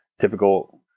typical